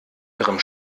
ihrem